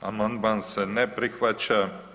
Amandman se ne prihvaća.